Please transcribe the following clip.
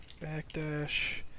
Backdash